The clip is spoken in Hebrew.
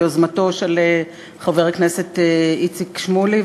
ביוזמתו של חבר הכנסת איציק שמולי,